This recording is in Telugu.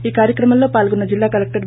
ఈ కార్యక్రమంలో పాల్గొన్న జిల్లా కలెక్టర్ వి